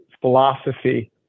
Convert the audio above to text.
philosophy